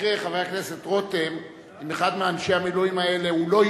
קובע שהצעת חוק שירות המילואים (תיקון,